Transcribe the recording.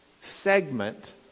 segment